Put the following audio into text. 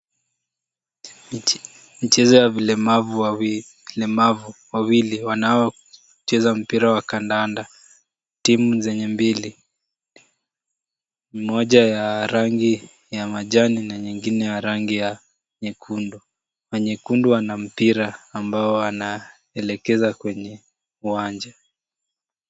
Mchezo ya walemavu wawili. Walemavu wawilil wanaocheza mpira wa kandanda. Timu zenye mbili, moja ya rangi ya majani na nyingine ya rangi ya nyekundu. Wa nyekundu ana mpira ambao anaelekeza kwenye uwanja.